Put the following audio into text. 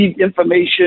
information